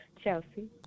Chelsea